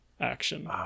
action